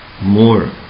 more